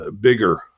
bigger